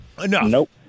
Nope